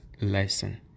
lesson